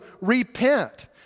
repent